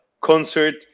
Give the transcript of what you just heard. concert